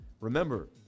Remember